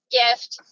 gift